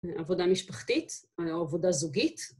עבודה משפחתית, עבודה זוגית.